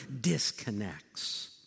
disconnects